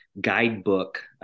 guidebook